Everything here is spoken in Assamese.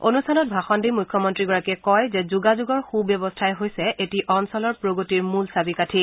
অনুষ্ঠানত ভাষণ দি মুখ্যমন্ত্ৰী গৰাকীয়ে কয় যে যোগাযোগৰ সু ব্যৱস্থাই হৈছে এটি অঞ্চলৰ প্ৰগতিৰ মূল চাবি কাঠি